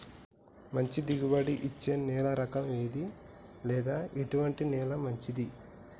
మంచి దిగుబడి ఇచ్చే నేల రకం ఏది లేదా ఎటువంటి నేల మంచిది?